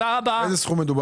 על איזה סכום?